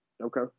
Okay